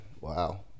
wow